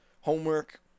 Homework